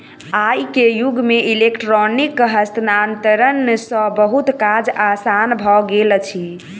आई के युग में इलेक्ट्रॉनिक हस्तांतरण सॅ बहुत काज आसान भ गेल अछि